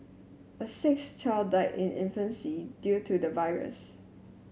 a sixth child died in infancy due to the virus